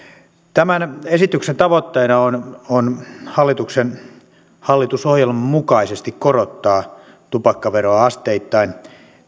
nyt tämän esityksen tavoitteena on hallitusohjelman mukaisesti korottaa tupakkaveroa asteittain